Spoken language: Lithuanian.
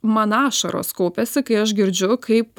man ašaros kaupiasi kai aš girdžiu kaip